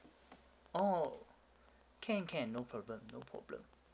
oh can can no problem no problem